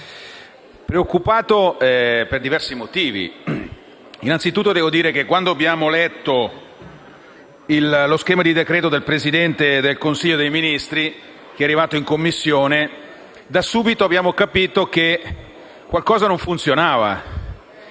preoccupati per diversi motivi. Innanzitutto, osservo che appena abbiamo letto lo schema di decreto del Presidente del Consiglio dei ministri arrivato in Commissione abbiamo capito subito che qualcosa non funzionava.